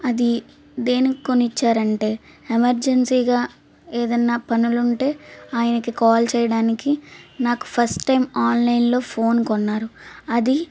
అది దేనికి కొని ఇచ్చారంటే ఎమర్జెన్సీగా ఏదన్నా పనులు ఉంటే ఆయనకి కాల్ చేయడానికి నాకు ఫస్ట్ టైం ఆన్లైన్లో ఫోన్ కొన్నారు అది